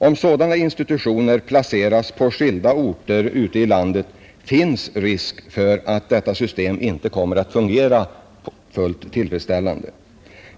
Om sådana institutioner placeras på skilda orter ute i landet finns risk för att detta system inte kommer att fungera fullt tillfredsställande.